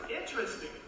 interesting